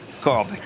carl